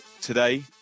today